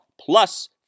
plus